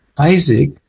Isaac